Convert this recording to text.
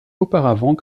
auparavant